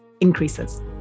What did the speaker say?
increases